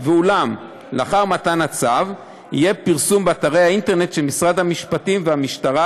אולם לאחר מתן הצו יהיה פרסום באתרי האינטרנט של משרד המשפטים והמשטרה,